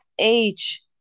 age